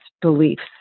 beliefs